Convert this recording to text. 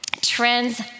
trends